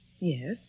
Yes